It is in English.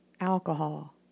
alcohol